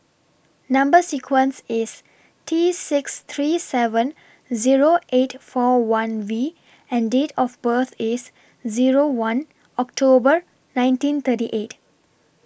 Number sequence IS T six three seven Zero eight four one V and Date of birth IS Zero one October nineteen thirty eight